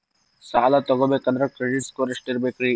ಸಾಲ ತಗೋಬೇಕಂದ್ರ credit score ಎಷ್ಟ ಇರಬೇಕ್ರಿ?